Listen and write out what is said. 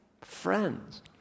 Friends